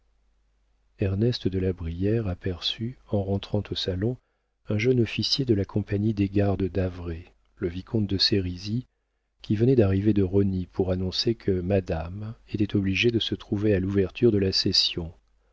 ernest de la brière aperçut en rentrant au salon un jeune officier de la compagnie des gardes d'havré le vicomte de sérizy qui venait d'arriver de rosny pour annoncer que madame était obligée de se trouver à l'ouverture de la session